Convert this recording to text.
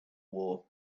war